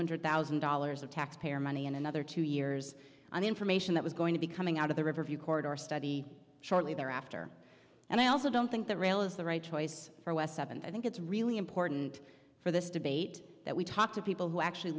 hundred thousand dollars of taxpayer money in another two years on the information that was going to be coming out of the riverview court or study shortly thereafter and i also don't think that rail is the right choice for us up and i think it's really important for this debate that we talk to people who actually